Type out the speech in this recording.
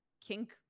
kink